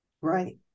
Right